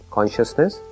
Consciousness